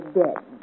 dead